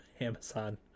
amazon